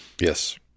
Yes